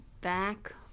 back